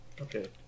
Okay